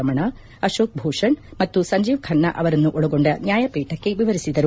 ರಮಣ ಅತೋಕ್ ಭೂಷಣ್ ಮತ್ತು ಸಂಜೀವ್ ಖನ್ನಾ ಅವರನ್ನು ಒಳಗೊಂಡ ನ್ಯಾಯಪೀಠಕ್ಕೆ ವಿವರಿಸಿದರು